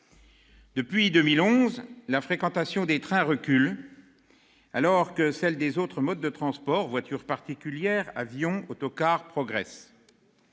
Depuis 2011, la fréquentation des trains recule, alors que celle des autres modes de transport- voiture particulière, avion, autocar -progresse.